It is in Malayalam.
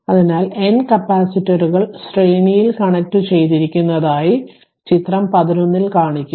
അതിനാൽ n കപ്പാസിറ്ററുകൾ ശ്രേണിയിൽ കണക്റ്റുചെയ്തിരിക്കുന്നതായി ചിത്രം 11 കാണിക്കുന്നു